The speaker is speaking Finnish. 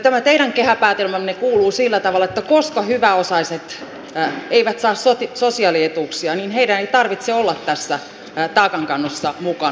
tämä teidän kehäpäätelmänne kuuluu sillä tavalla että koska hyväosaiset eivät saa sosiaalietuuksia niin heidän ei tarvitse olla tässä taakankannossa mukana